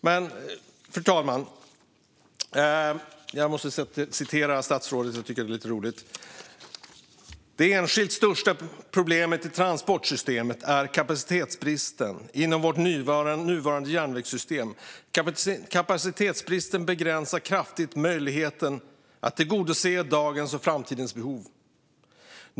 Jag måste citera statsrådet, fru talman, för jag tycker att det är lite roligt: "Det enskilt största problemet i transportsystemet är kapacitetsbristen inom vårt nuvarande järnvägssystem. Kapacitetsbristen begränsar kraftigt järnvägens möjlighet att tillgodose dagens och framtidens behov.